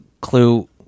clue